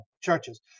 churches